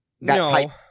No